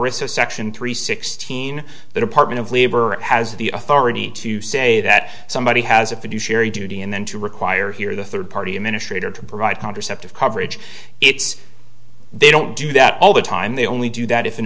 section three sixteen the department of labor has the authority to say that somebody has a fiduciary duty and then to require here the third party administrator to provide contraceptive coverage it's they don't do that all the time they only do that if an